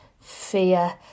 fear